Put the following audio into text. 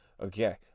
Okay